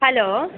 hello